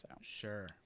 Sure